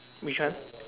which one